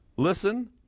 Listen